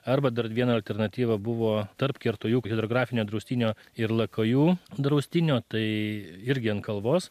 arba dar viena alternatyva buvo tarp kertuojų hidrografinio draustinio ir lakajų draustinio tai irgi ant kalvos